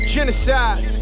Genocide